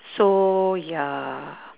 so ya